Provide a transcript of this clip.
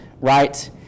right